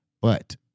but-